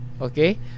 Okay